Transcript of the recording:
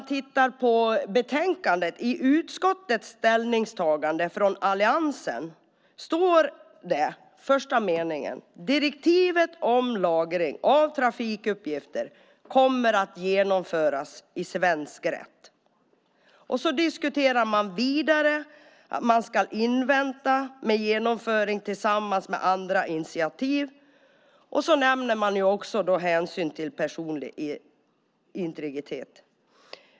I utskottets ställningstagande från alliansen lyder den första meningen: "Direktivet om lagring av trafikuppgifter kommer att genomföras i svensk rätt." Man diskuterar vidare att genomförandet ska behandlas tillsammans med andra initiativ. Man nämner också hänsyn till personlig integritet.